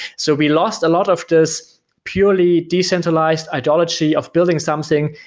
so we lost a lot of this purely decentralized ideology of building something,